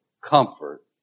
comfort